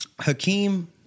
Hakeem